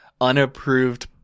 unapproved